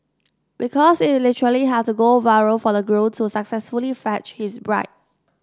because it literally had to go viral for the groom to successfully fetch his bride